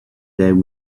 down